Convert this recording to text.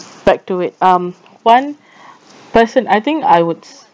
back to it um one person I think I would